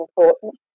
important